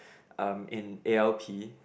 um in A_L_P